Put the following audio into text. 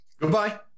Goodbye